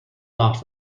laugh